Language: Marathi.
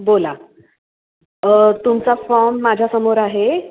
बोला तुमचा फॉर्म माझ्यासमोर आहे